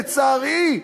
לצערי,